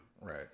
right